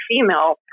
female